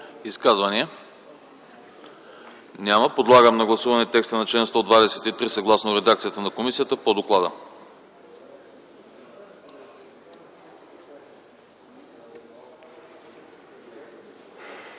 предложение? Няма. Подлагам на гласуване текста на чл. 124, съгласно редакцията на комисията по доклада.